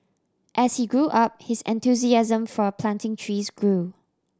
as he grew up his enthusiasm for a planting trees grew